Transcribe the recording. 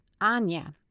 Anya